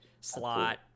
slot